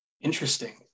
Interesting